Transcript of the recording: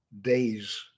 days